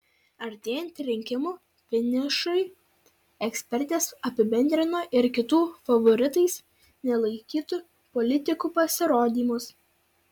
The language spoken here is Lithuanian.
artėjant rinkimų finišui ekspertės apibendrino ir kitų favoritais nelaikytų politikų pasirodymus